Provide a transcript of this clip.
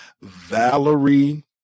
Valerie